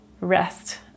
rest